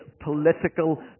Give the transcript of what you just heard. political